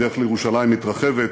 הדרך לירושלים מתרחבת,